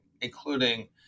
including